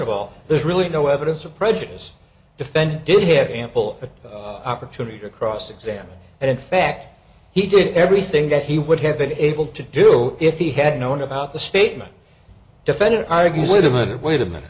of all there's really no evidence of prejudice defendant did he have ample opportunity to cross examine and in fact he did everything that he would have been able to do if he had known about the statement defended i guess limited wait a minute